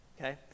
Okay